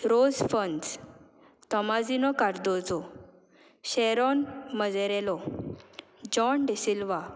रोज फन्स तोमाजिनो Cardozo Sharon Mazarello John D'Silva